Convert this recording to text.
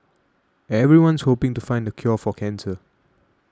everyone's hoping to find the cure for cancer